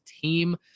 team